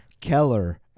Keller